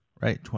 Right